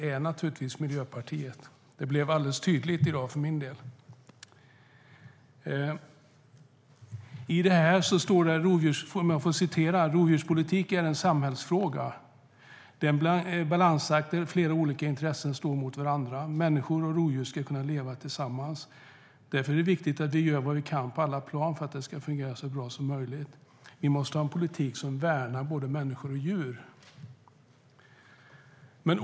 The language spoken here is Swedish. Det är Miljöpartiet. Det blev alldeles tydligt i dag för min del. Låt mig citera: "Rovdjurspolitik är en samhällsfråga. Det är en balansakt där flera olika intressen står mot varandra. Människor och rovdjur ska kunna leva tillsammans, och därför är det viktigt att vi gör vad vi kan på alla plan för att det ska fungera så bra som möjligt. Vi måste ha en politik som värnar både människa och djur."